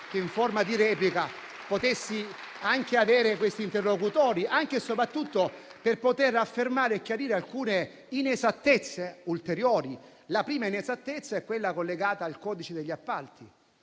che, in sede di replica, fossero presenti anche questi interlocutori, anche e soprattutto per poter chiarire alcune inesattezze ulteriori. La prima inesattezza è collegata al codice degli appalti.